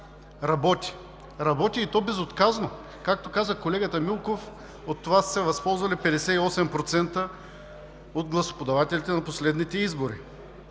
работи – работи, и то безотказно. Както каза колегата Милков, от това са се възползвали 58% от гласоподавателите на последните избори.